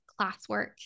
classwork